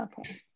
Okay